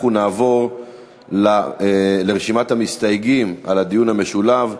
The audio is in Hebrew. אנחנו נעבור לרשימת המסתייגים בדיון המשולב.